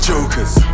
Jokers